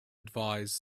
advise